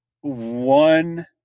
one